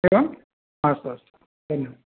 एवम् अस्तु अस्तु धन्यवादाः